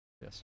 Yes